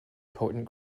potent